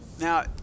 Now